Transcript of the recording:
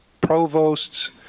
provosts